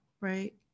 right